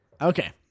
Okay